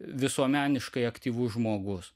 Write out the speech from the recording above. visuomeniškai aktyvus žmogus